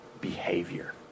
behavior